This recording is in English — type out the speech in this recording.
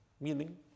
Meaning